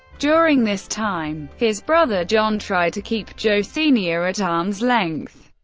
during this time, his brother john tried to keep joe sr. at arm's length.